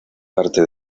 parte